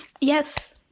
Yes